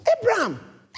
Abraham